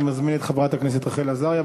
אני מזמין את חברת הכנסת רחל עזריה.